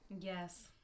Yes